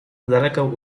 zalegał